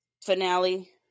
Finale